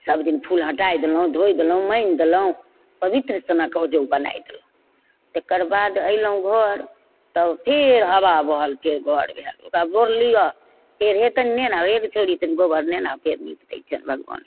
सबदिन फूल हटाय देलहुँ धोइ देलहुँ माजि देलहुँ पवित्र सनक ओइजाँ बनाय देलहुँ तकरबाद ऐलहुँ घर तऽ फेर हवा बहल फेर घर भए गेल ओकरा बोरलिय फेर हे तनी नेने आ हे गे छौरी तनी गोबर नेने आ फेर नीप दै छियनि भगवानके